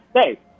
stay